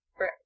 Right